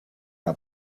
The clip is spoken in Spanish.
una